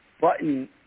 button